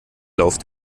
lauf